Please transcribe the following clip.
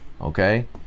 Okay